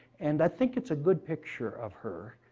and i think it's a good picture of her.